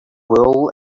wool